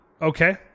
Okay